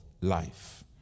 life